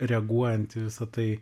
reaguojant į visa tai